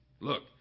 Look